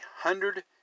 hundred